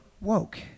woke